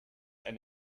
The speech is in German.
ein